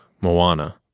Moana